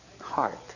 heart